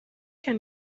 can